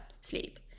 sleep